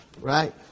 right